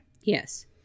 Yes